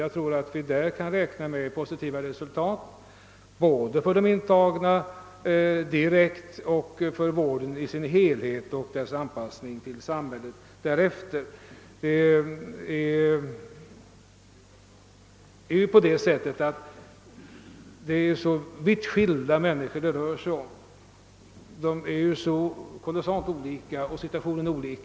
Jag tror vi kan räkna med positiva resultat både för de intagna direkt, för vården i dess helhet och för anpassningen till samhället efter frigivningen. Det rör sig om människor som är kolossalt olika och befinner sig i olika situationer.